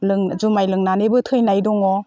जुमाय लोंनानैबो थैनाय दङ